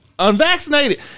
unvaccinated